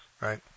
Right